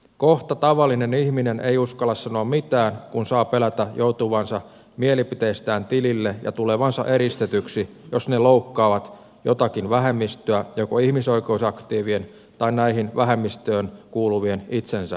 kohta tavallinen ihminen ei uskalla sanoa mitään kun saa pelätä joutuvansa mielipiteistään tilille ja tulevansa eristetyksi jos ne loukkaavat jotakin vähemmistöä joko ihmisoikeusaktiivien tai näihin vähemmistöihin kuuluvien itsensä mielestä